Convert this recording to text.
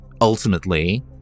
ultimately